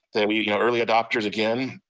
that we you know early adopters, again,